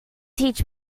teach